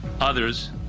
Others